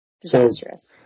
disastrous